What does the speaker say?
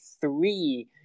three